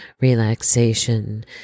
relaxation